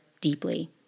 deeply